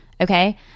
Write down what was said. Okay